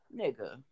nigga